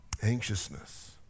Anxiousness